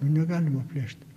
nu negalima plėšt